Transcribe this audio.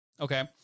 okay